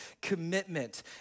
commitment